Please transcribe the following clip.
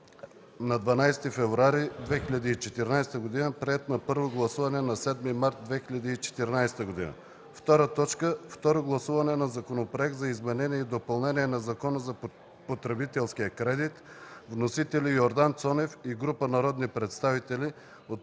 на 12 февруари 2014 г., приет на първо гласуване на 7 март 2014 г. 2. Второ гласуване на Законопроект за изменение и допълнение на Закона за потребителския кредит. Вносители са Йордан Цонев и група народни представители на